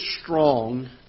strong